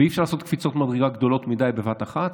ואי-אפשר לעשות קפיצות מדרגה גדולות מדי בבת אחת,